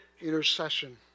intercession